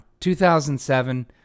2007